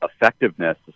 effectiveness